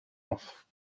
off